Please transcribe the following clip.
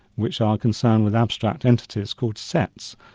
which are concerned with abstract entities called sets,